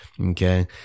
okay